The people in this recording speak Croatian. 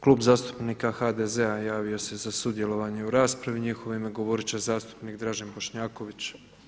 Klub zastupnika HDZ-a javio se za sudjelovanje u raspravi i u njihovo ime govorit će zastupnik Dražen Bošnjaković.